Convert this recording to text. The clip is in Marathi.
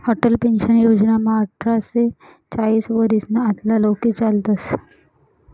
अटल पेन्शन योजनामा आठरा ते चाईस वरीसना आतला लोके चालतस